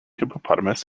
hippopotamus